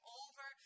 over